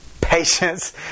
Patience